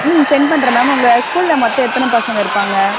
ம் சென்ட் பண்ணுறேன் மேம் உங்கள் ஸ்கூலில் மொத்தம் எத்தனை பசங்க இருப்பாங்க